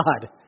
God